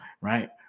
Right